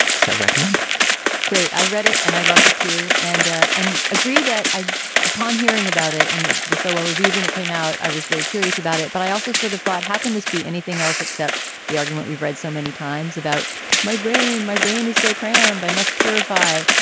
so recommend great. i've read it and i loved it too. and. ah and agree that i upon hearing about it. and it was so i reviewed when it came out, i was very curious about it. but i also sort of thought, how can this be anything else except the argument we've read so many times about my brain. my brain is so crammed, i must purify.